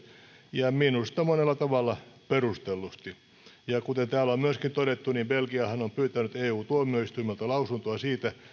ja minusta monella tavalla perustellusti kuten täällä on myöskin todettu belgiahan on pyytänyt eu tuomioistuimelta lausuntoa siitä